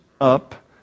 up